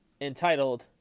entitled